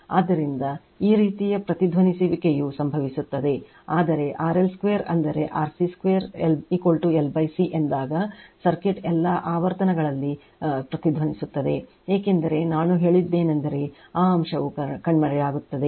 ಆದ್ದರಿಂದ ಈ ರೀತಿಯ ಪ್ರತಿಧ್ವನಿಸುವಿಕೆಯು ಸಂಭವಿಸುತ್ತದೆ ಆದರೆ RL2 ಅಂದರೆ RC2 L C ಎಂದಾಗ ಸರ್ಕ್ಯೂಟ್ ಎಲ್ಲಾ ಆವರ್ತನಗಳಲ್ಲಿ ಪ್ರತಿಧ್ವನಿಸುತ್ತದೆ ಏಕೆಂದರೆ ನಾನು ಹೇಳಿದ್ದೇನೆಂದರೆ ಆ ಅಂಶವು ಕಣ್ಮರೆಯಾಗುತ್ತದೆ